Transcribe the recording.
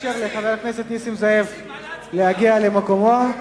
נאפשר לחבר הכנסת נסים זאב להגיע למקומו.